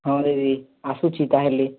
ହଁ ଦିଦି ଆସୁଛି ତାହେଲେ